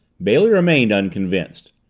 bailey remained unconvinced.